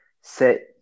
set